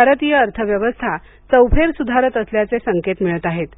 भारतीय अर्थव्यवस्था चौफेर सुधारत असल्याचे संकेत मिळत आहेत